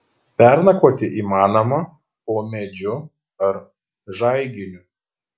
pernakvoti įmanoma po medžiu ar žaiginiu